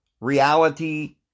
reality